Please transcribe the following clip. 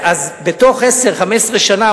אז בתוך 10 15 שנה,